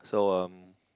so um